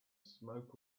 smoke